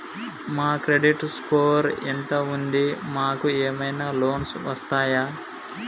మా credit score ఎంత ఉంది? మాకు ఏమైనా లోన్స్ వస్తయా?